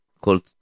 called